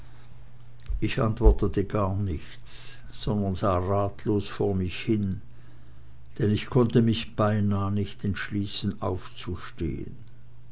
ich antwortete gar nichts sondern sah ratlos vor mich hin denn ich konnte mich beinah nicht entschließen aufzustehen